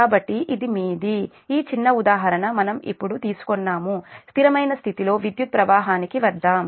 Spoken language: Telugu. కాబట్టి ఇది మీది ఈ చిన్న ఉదాహరణ మనం ఇప్పుడు తీసుకున్నాము స్థిరమైన స్థితిలో విద్యుత్ ప్రవాహానికి వద్దాం